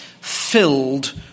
filled